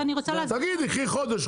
תגידי קחי חודש,